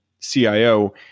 CIO